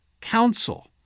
council